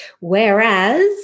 whereas